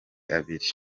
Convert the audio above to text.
abiri